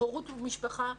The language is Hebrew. הורות ומשפחה,